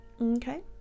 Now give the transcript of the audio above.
Okay